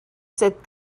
said